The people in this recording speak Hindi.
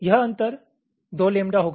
यह अंतर 2 लैम्ब्डा होगा